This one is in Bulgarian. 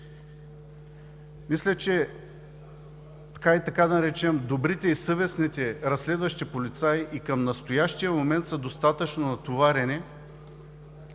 Мисля, че добрите и съвестните разследващи полицаи и към настоящия момент са достатъчно натоварени